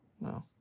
No